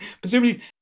presumably